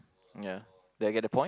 ya did I get the point